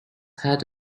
had